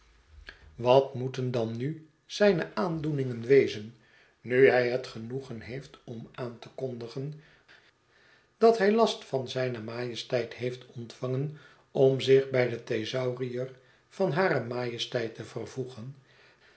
wat moeten dan nu zijne aandoeningen wezen nu hij het genoegen heeft om aan te kondigen dat hij last van hare majesteit heeft ontvangen om zich bij den thesaurier van hare majesteit te vervoegen